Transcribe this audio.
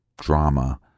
drama